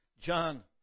John